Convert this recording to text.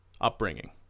upbringing